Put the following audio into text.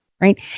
right